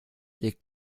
legt